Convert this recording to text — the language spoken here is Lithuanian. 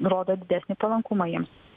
rodo didesnį palankumą jiems